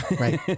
Right